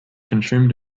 consumed